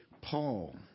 Paul